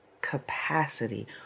capacity